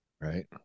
Right